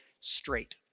straight